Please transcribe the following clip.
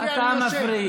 אני יושב.